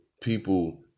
people